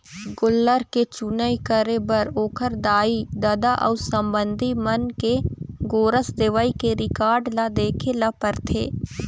गोल्लर के चुनई करे बर ओखर दाई, ददा अउ संबंधी मन के गोरस देवई के रिकार्ड ल देखे ल परथे